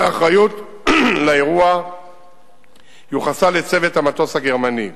והאחריות לאירוע יוחסה לצוות המטוס הגרמני.